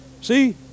See